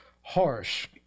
harsh